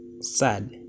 sad